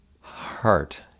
heart